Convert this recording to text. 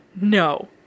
no